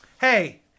Hey